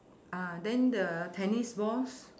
uh then the tennis balls